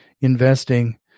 investing